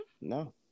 No